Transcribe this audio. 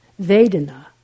Vedana